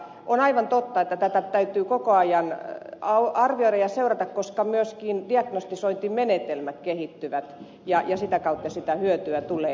on aivan totta että tätä täytyy koko ajan arvioida ja seurata koska myöskin diagnostisointimenetelmät kehittyvät ja sitä kautta sitä hyötyä tulee